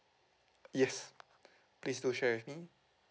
yes please do share with me